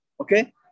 okay